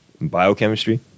Biochemistry